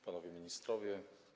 Panowie Ministrowie!